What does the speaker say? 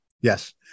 Yes